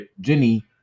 Jenny